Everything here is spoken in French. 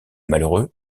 malheureux